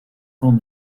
porte